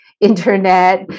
internet